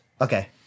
Okay